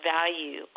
value